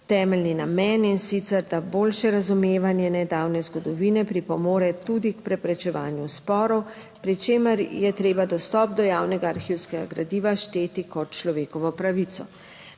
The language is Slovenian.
temeljni namen. In sicer, da boljše razumevanje nedavne zgodovine pripomore tudi k preprečevanju sporov, pri čemer je treba dostop do javnega arhivskega gradiva šteti kot človekovo pravico.